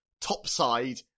topside